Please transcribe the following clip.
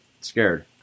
scared